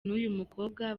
n’umukobwa